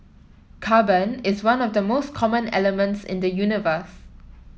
carbon is one of the most common elements in the universe